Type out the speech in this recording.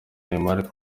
neymar